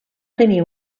tenir